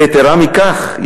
ויתרה מכך,